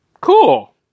Cool